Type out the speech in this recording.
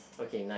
okay nine